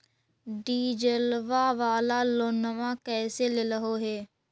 डीजलवा वाला लोनवा कैसे लेलहो हे?